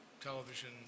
television